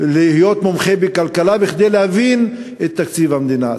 להיות מומחה בכלכלה, כדי להבין את תקציב המדינה.